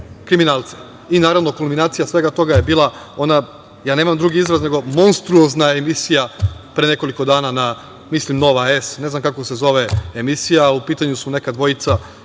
I, naravno, kulminacija svega toga je bila ona, ja nemam drugi izraz, nego monstruozna emisija pre nekoliko dana na, mislim Nova S, ne znam kako se zove emisija, a u pitanju su neka dvojica.